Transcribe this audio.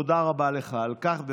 תודה רבה לך על כך.